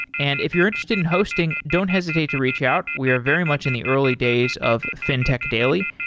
and if you're interested in hosting don't hesitate to reach out. we are very much in the early days of fintech daily.